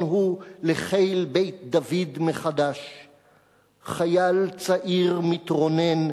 הוא לחיל בית דוד מחדש!/ חייל צעיר מתרונן,